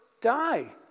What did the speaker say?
die